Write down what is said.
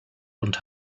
und